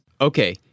Okay